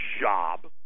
job